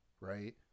Right